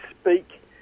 speak